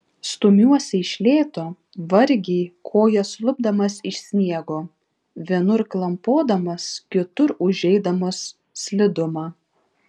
stumiuosi iš lėto vargiai kojas lupdamas iš sniego vienur klampodamas kitur užeidamas slidumą